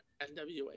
NWA